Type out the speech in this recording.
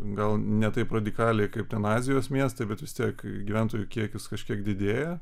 gal ne taip radikaliai kaip ten azijos miestai bet vis tiek gyventojų kiekis kažkiek didėja